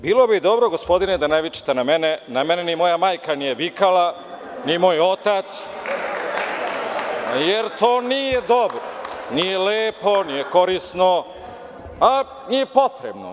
Bilo bi dobro gospodine da ne vičete na mene, na mene ni moja majka nije vikala, ni moj otac, jer to nije dobro, nije lepo, nije korisno, a nije potrebno.